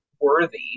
worthy